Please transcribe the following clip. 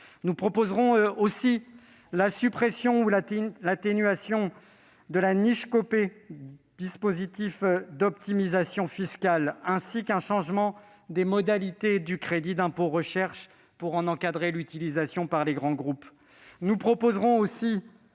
nous proposerons également la suppression ou l'atténuation de la « niche Copé », dispositif d'optimisation fiscale, ainsi qu'un changement des modalités de calcul du crédit d'impôt recherche, afin d'en encadrer l'utilisation par les grands groupes. Nous proposerons par